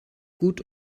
gut